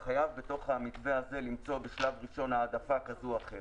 אתה חייב בתוך המתווה הזה למצוא בשלב ראשון העדפה כזו או אחרת.